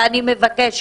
אני מבקשת: